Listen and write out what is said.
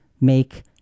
make